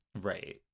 Right